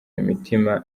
imitima